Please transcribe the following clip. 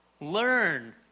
Learn